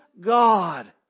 God